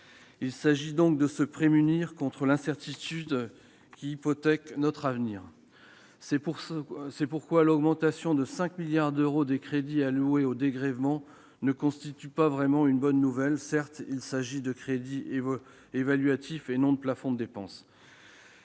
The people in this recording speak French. Il importe donc de se prémunir contre ces incertitudes qui hypothèquent notre avenir. C'est pourquoi l'augmentation de 5 milliards d'euros des crédits alloués aux dégrèvements ne constitue pas vraiment une bonne nouvelle, quand bien même il s'agit de crédits évaluatifs, et non de plafonds de dépenses.